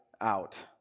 out